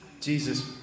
Jesus